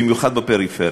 במיוחד בפריפריה.